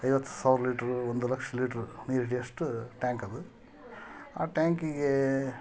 ಐವತ್ತು ಸಾವಿರ ಲೀಟ್ರೂ ಒಂದು ಲಕ್ಷ ಲೀಟ್ರ್ ನೀರು ಹಿಡಿಯೋಷ್ಟು ಟ್ಯಾಂಕ್ ಅದು ಆ ಟ್ಯಾಂಕಿಗೆ